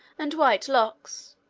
and white locks,